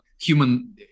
human